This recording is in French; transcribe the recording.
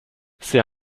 c’est